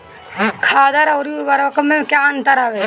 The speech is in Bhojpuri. खादर अवरी उर्वरक मैं का अंतर हवे?